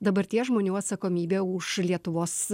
dabarties žmonių atsakomybę už lietuvos